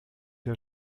der